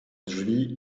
drzwi